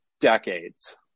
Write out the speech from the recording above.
decades